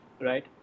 right